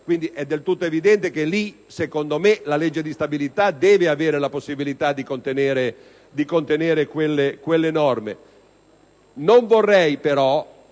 è del tutto evidente, quindi, che la legge di stabilità deve avere la possibilità di contenere quelle norme.